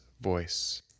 voice